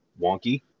wonky